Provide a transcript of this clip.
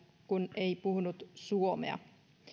kun ei puhu suomea